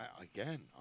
Again